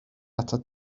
atat